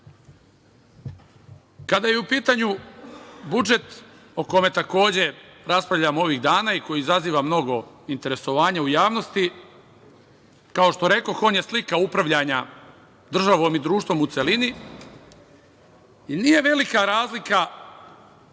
je u pitanju budžet o kome takođe raspravljamo ovih dana i koji izaziva mnogo interesovanja u javnosti, kao što rekoh, on je slika upravljanja državom i društvom u celini i nije velika razlika